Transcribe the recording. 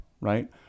right